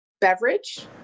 beverage